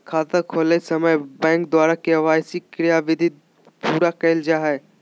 खाता खोलय समय बैंक द्वारा के.वाई.सी क्रियाविधि पूरा कइल जा हइ